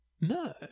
No